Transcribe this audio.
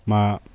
ꯃꯥ